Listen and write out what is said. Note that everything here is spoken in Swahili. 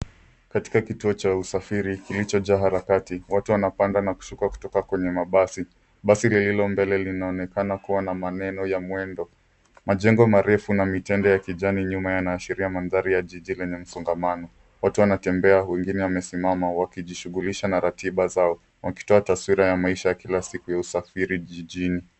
Katika kituo cha usafiri kilichojaa harakati watu wanapanda na kushuka kutoka kwenye mabasi. Basi lililo mbele linaonekana kuwa na maneno ya mwendo. Majengo marefu na mitende ya kijani nyuma yanaashiria mandhari ya jijini yenye msongamano. Watu wanatembea wengine wamesimama wakijishughulisha na ratiba zao, wakitoa taswira ya maisha ya kila siku ya usafiri jijini.